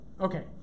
okay